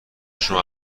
شما